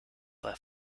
bei